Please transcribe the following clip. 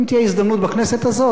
אם תהיה הזדמנות בכנסת הזאת,